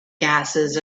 gases